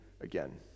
again